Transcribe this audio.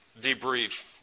debrief